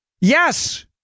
Yes